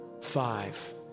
five